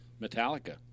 Metallica